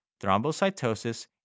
thrombocytosis